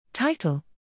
Title